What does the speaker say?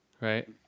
Right